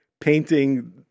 painting